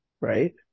Right